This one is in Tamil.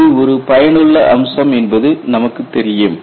இது ஒரு பயனுள்ள அம்சம் என்பது நமக்குத் தெரியும்